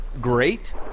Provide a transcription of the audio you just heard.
great